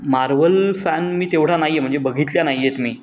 Marvel fan मी तेवढा नाही आहे म्हणजे बघितल्या नाही आहेत मी